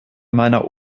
meiner